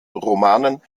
romanen